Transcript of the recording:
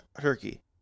Turkey